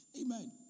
Amen